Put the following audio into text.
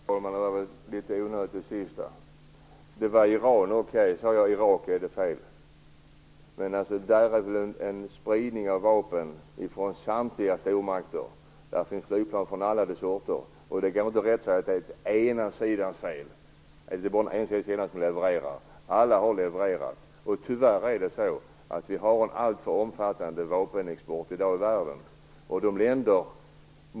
Herr talman! Det där sista var väl litet onödigt. Okej - det var Iran. Om jag sade Irak var det fel. Men det handlar om en spridning av vapen från samtliga stormakter, och flygplan av alla de sorter. Det går inte att säga att detta är den ena sidans fel, och att det bara är den ena sidan som levererar. Alla har levererat. Tyvärr är vapenexporten över hela världen allt för omfattande.